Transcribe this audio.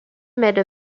made